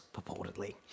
purportedly